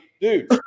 dude